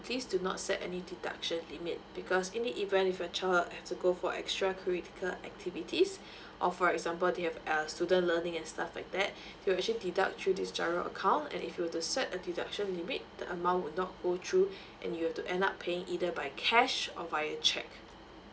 please do not set any deduction limit because in the event if your child have to go for extra curricular activities or for example they have uh student learning and stuff like that it'll actually deduct through this giro account and if you were to set a deduction limit the amount will not go through and you will to end up paying either by cash or via cheque